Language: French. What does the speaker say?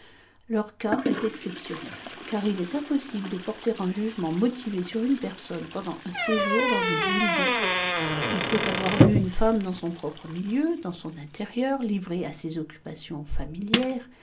leur cas est exceptionnel car ils est impossible de porter un jugement motivé sur une personne pendant un séjour dans une ville d'eau il faut avoir vu une femme dans son propre milieu dans son intérieur livrée à ses occupations familières